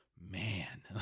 man